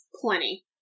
plenty